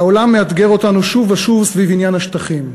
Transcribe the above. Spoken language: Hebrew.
העולם מאתגר אותנו שוב ושוב סביב עניין השטחים.